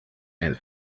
and